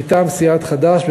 מטעם סיעת חד"ש,